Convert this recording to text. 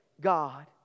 God